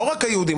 לא רק היהודים.